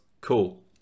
cool